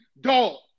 dog